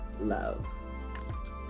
love